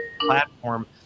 platform